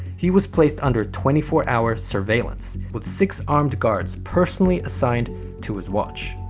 he was placed under twenty four hour surveillance with six armed guards personally assigned to his watch.